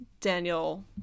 Daniel